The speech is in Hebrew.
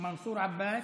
מנסור עבאס.